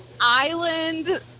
Island